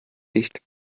licht